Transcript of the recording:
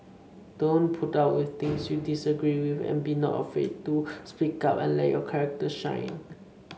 don't put up with things you disagree with and be not afraid to speak up and let your character shine